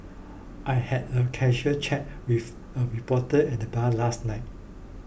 I had a casual chat with a reporter at the bar last night